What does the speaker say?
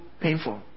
Painful